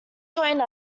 join